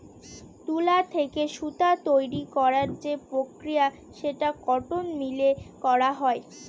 তুলা থেকে সুতা তৈরী করার যে প্রক্রিয়া সেটা কটন মিলে করা হয়